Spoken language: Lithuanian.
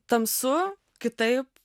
tamsu kitaip